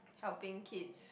helping kids